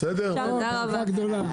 תודה רבה.